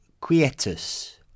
Quietus